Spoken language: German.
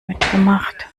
mitgemacht